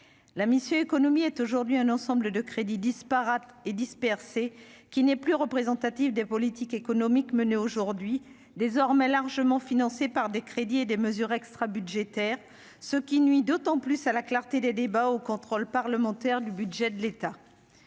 la mission Économie est aujourd'hui un ensemble de crédit disparates et dispersées, qui n'est plus représentatif des politiques économiques menées aujourd'hui désormais largement financé par des crédits et des mesures extra-budgétaires, ce qui nuit d'autant plus à la clarté des débats au contrôle parlementaire du budget de l'État